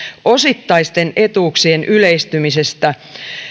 osittaisten etuuksien yleistymisestä